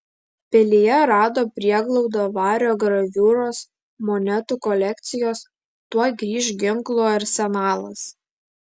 pilyje rado prieglaudą vario graviūros monetų kolekcijos tuoj grįš ginklų arsenalas